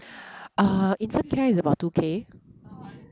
uh infant care is about two K